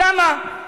למה?